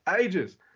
ages